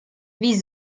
wie